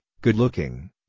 good-looking